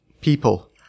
people